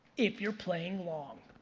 if you're playing long.